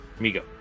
Migo